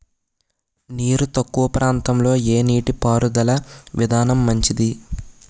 నీరు తక్కువ ప్రాంతంలో ఏ నీటిపారుదల విధానం మంచిది?